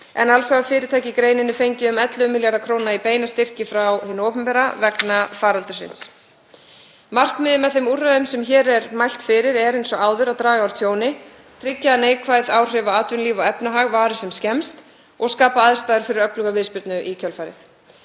en alls hafa fyrirtæki í greininni fengið um 11 milljarða kr. í beina styrki frá hinu opinbera vegna faraldursins. Markmiðið með þeim úrræðum sem hér er mælt fyrir er eins og áður að draga úr tjóni, tryggja að neikvæð áhrif á atvinnulíf og efnahag vari sem skemmst og skapa aðstæður fyrir öfluga viðspyrnu í kjölfarið.